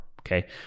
Okay